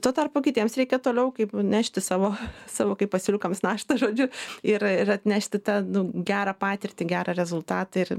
tuo tarpu kitiems reikia toliau kaip nešti savo savo kaip asiliukams naštą žodžiu ir ir atnešti tą gerą patirtį gerą rezultatą ir